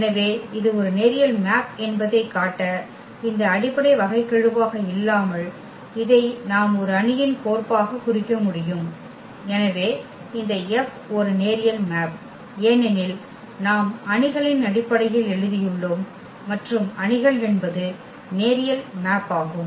எனவே இது ஒரு நேரியல் மேப் என்பதைக் காட்ட இந்த அடிப்படை வகைக்கெழுவாக இல்லாமல் இதை நாம் ஒரு அணியின் கோர்ப்பாகக் குறிக்க முடியும் எனவே இந்த F ஒரு நேரியல் மேப் ஏனெனில் நாம் அணிகளின் அடிப்படையில் எழுதியுள்ளோம் மற்றும் அணிகள் என்பது நேரியல் மேப்பாகும்